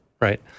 right